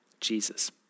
Jesus